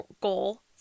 goal